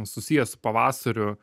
susiję su pavasariu